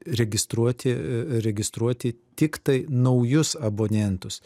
registruoti registruoti tiktai naujus abonentus